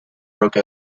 broke